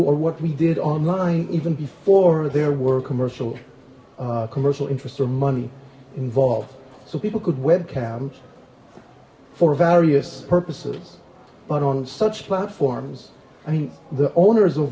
or what we did online even before there were commercial commercial interests or money involved so people could webcams for various purposes but on such platforms i mean the owners of